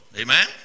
amen